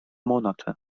monate